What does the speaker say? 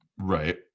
Right